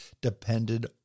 depended